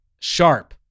Sharp